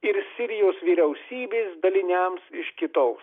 ir sirijos vyriausybės daliniams iš kitos